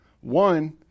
One